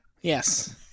Yes